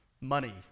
money